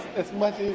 as much